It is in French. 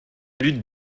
lutte